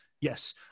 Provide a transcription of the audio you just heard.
yes